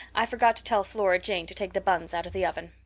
i forgot to tell flora jane to take the buns out of the oven.